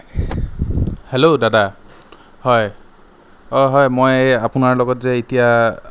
hello দাদা হয় অঁ হয় মই আপোনাৰ লগত যে এতিয়া